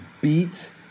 beat